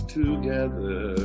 together